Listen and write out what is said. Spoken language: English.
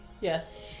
Yes